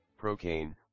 procaine